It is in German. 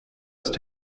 ist